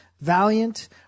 Valiant